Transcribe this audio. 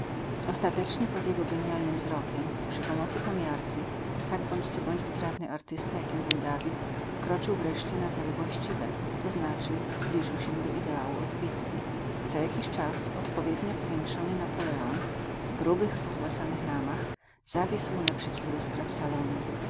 ostatecznie pod jego genialnym wzrokiem i przy pomocy pomiarki tak bądź co bądź wytrawny artysta jakim był david wkroczył wreszcie na tory właściwe to znaczy zbliżył się do ideału odbitki za jakiś czas odpowiednio powiększony napoleon w grubych pozłacanych ramach zawisł naprzeciw lustra w salonie